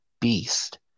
beast